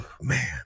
Man